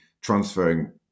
transferring